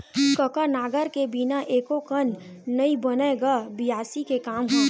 कका नांगर के बिना एको कन नइ बनय गा बियासी के काम ह?